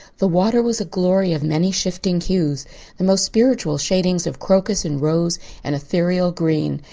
the water was a glory of many shifting hues the most spiritual shadings of crocus and rose and ethereal green,